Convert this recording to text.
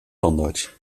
tandarts